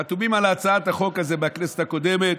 חתומים על הצעת החוק הזאת, מהכנסת הקודמת,